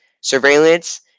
surveillance